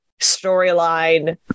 storyline